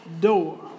door